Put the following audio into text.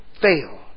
fail